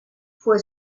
fue